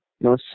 no